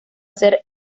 ser